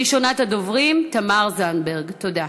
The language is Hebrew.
ראשונת הדוברים, תמר זנדברג, תודה.